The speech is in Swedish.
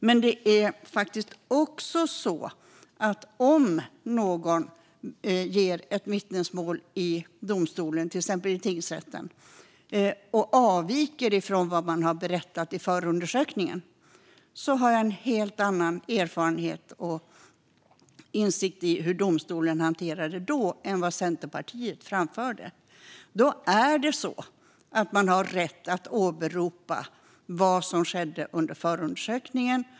Men om någon ger ett vittnesmål i domstolen, till exempel i tingsrätten, och avviker från vad man har berättat i förundersökningen har jag en helt annan erfarenhet av och insikt i hur domstolen då hanterar det än vad som framfördes från Centerpartiet. Man har rätt att åberopa vad som skedde under förundersökningen.